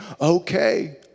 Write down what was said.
okay